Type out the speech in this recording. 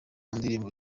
ndirimbo